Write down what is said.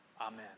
Amen